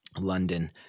London